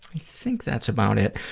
i think that's about it.